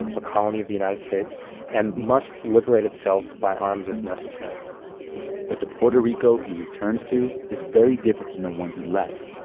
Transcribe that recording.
and a colony of the united states and must liberate itself by arms if necessary but the puerto rico he returns to is very different from the one he left,